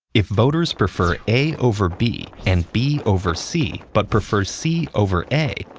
if voters prefer a over b, and b over c, but prefer c over a,